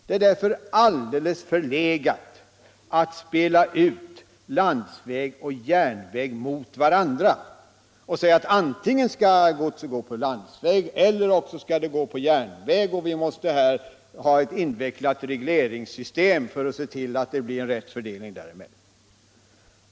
Det är därför alldeles förlegat att spela ut landsväg och järnväg mot varandra och säga att antingen skall godset gå på landsväg eller också på järnväg och att vi måste ha ett invecklat regleringssystem för att det skall bli rätt fördelning.